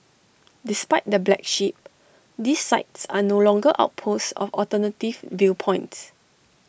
despite the black sheep these sites are no longer outposts of alternative viewpoints